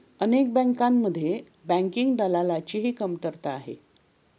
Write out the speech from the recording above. अनेक बँकांमध्ये बँकिंग दलालाची ही कमतरता आहे